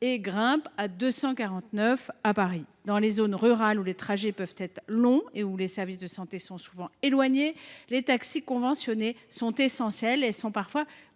et grimpe à 249 pour 100 000 à Paris. Dans les zones rurales, où les trajets peuvent être longs et où les services de santé sont souvent éloignés, les taxis conventionnés sont essentiels, car ils sont parfois